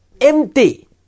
empty